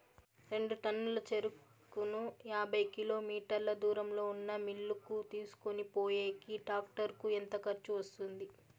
రెండు టన్నుల చెరుకును యాభై కిలోమీటర్ల దూరంలో ఉన్న మిల్లు కు తీసుకొనిపోయేకి టాక్టర్ కు ఎంత ఖర్చు వస్తుంది?